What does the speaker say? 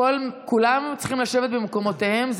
כולם צריכים לשבת במקומותיהם.